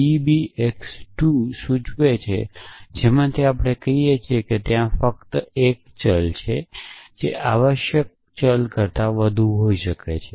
BBX 2 x સૂચવે છે જેમાંથી આપણે કહીએ કે ત્યાં ફક્ત 1 ચલ છે તે આવશ્યક 1 કરતાં વધુ ચલ હોઈ શકે છે